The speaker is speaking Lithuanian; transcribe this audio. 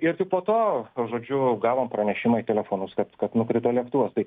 ir tik po to žodžiu gavom pranešimą į telefonus kad kad nukrito lėktuvas tai